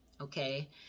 Okay